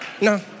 No